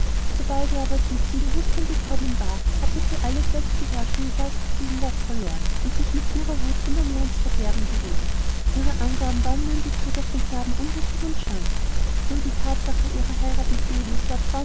sobald ihr aber dies zum bewußtsein gekommen war hatte sie alle selbstbeherrschung und geistesgegenwart verloren und sich in ihrer wut immer mehr ins verderben geredet ihre angaben waren nur in bezug auf den knaben unrichtig und schwankend über die thatsache ihrer heirat mit